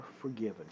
forgiven